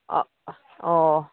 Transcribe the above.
ꯑꯣ